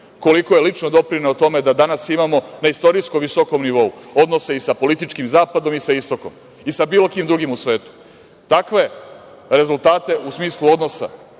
koliko je lično doprineo tome da danas imamo na istorijsko visokom nivou odnose i sa političkim zapadom i sa istokom i sa bilo kim drugim u svetu. Takve rezultate u smislu odnosa